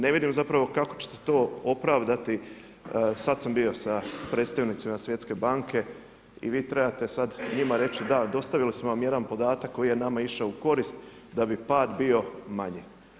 Ne vidim zapravo kako ćete to opravdati, sad sam bio sa predstavnicima Svjetske banke i vi trebate sad njima reći da, dostavili smo vam jedan podatak koji je nama išao u korist da bi pad bio manji.